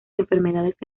enfermedades